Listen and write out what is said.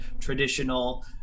traditional